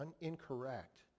incorrect